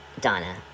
Donna